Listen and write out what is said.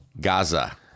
Gaza